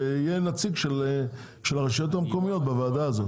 שיהיה נציג של הרשויות המקומיות בוועדה הזאת.